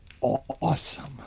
awesome